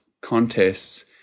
contests